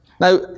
Now